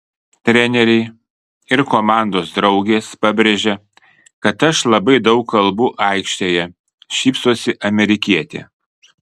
treneriai ir komandos draugės pabrėžia kad aš labai daug kalbu aikštėje šypsosi amerikietė